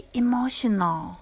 emotional